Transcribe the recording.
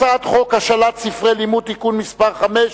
הצעת חוק השאלת ספרי לימוד (תיקון מס' 5),